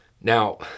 Now